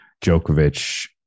Djokovic